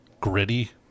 gritty